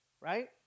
right